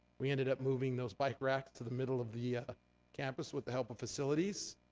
we ended up moving those bike racks to the middle of the ah campus with the help of facilities.